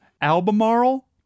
Albemarle